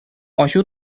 ачу